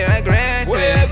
aggressive